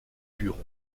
buron